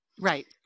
Right